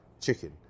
chicken